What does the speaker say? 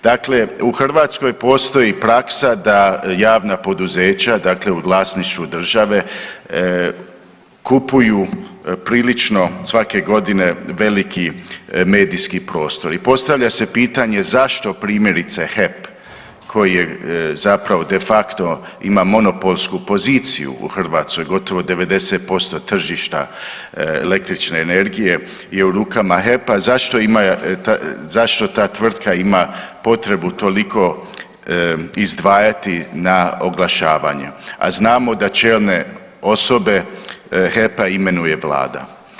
Dakle, u Hrvatskoj postoji praksa da javna poduzeća dakle u vlasništvu države kupuju prilično svake godine veliki medijski prostor i postavlja se pitanje zašto primjerice HEP koji je zapravo de facto ima monopolsku poziciju u Hrvatskoj, gotovo 90% tržišta električne energije je u rukama HEP-a zašto ima, zašto ta tvrtka ima potrebu toliko izdvajati na oglašavanju, a znamo da čelne osobe HEP-a imenuje vlada.